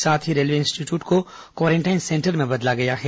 साथ ही railway institute को क्वारेंटाइन सेंटर में बदला गया है